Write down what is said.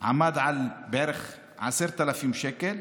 עמד על בערך 10,000 שקל,